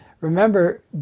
Remember